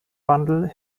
wandel